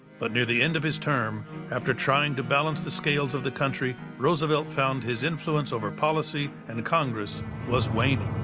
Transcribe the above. but near the end of his term, after trying to balance the scales of the country, roosevelt found his influence over poly and congress was waning.